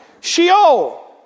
Sheol